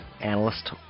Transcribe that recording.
Analyst